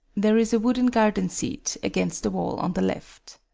there is a wooden garden seat against the wall on the left.